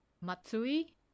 Matsui